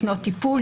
לקנות טיפול,